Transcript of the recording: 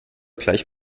gleich